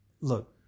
Look